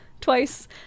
twice